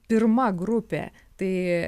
pirma grupė tai